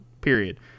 period